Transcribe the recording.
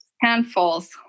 handfuls